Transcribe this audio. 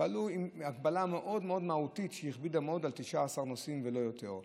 פעלו עם הגבלה מאוד מהותית שהכבידה מאוד: עד 19 נוסעים ולא יותר.